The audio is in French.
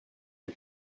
les